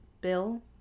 Bill